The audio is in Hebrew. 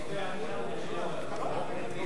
(תיקון מס'